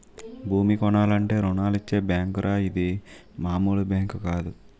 భూమి కొనాలంటే రుణాలిచ్చే బేంకురా ఇది మాములు బేంకు కాదు